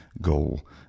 goal